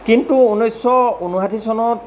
কিন্তু ঊনৈশ ঊনষাঠি চনত